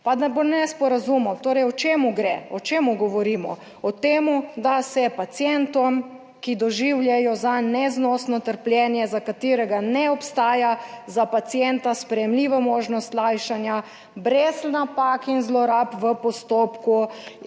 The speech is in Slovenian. da ne bo nesporazumno torej, o čem govorimo? O tem, da se pacientom, ki doživljajo zanj neznosno trpljenje, za katerega ne obstaja za pacienta sprejemljiva možnost lajšanja brez napak in zlorab v postopku,